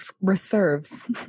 reserves